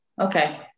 Okay